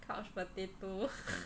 couch potato